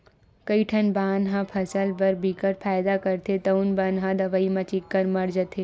कइठन बन ह फसल बर बिकट फायदा करथे तउनो बन ह दवई म चिक्कन मर जाथे